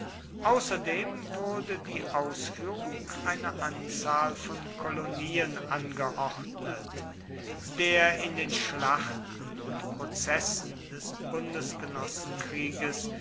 außerdem wurde die ausführung einer anzahl von kolonien angeordnet der in den schlachten und prozessen des